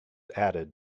added